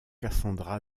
cassandra